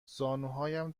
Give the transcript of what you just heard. زانوهایم